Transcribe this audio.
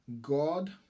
God